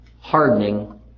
hardening